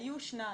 היו שניים.